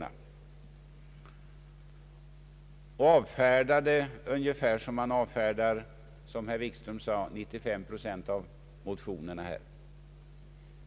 Man avfärdar dem ungefär på samma sätt som man — som herr Wikström sade — avfärdar 96 procent av motionerna.